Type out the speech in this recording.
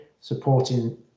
supporting